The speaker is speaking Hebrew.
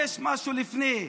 יש משהו לפני,